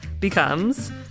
becomes